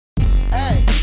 hey